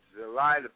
July